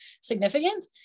significant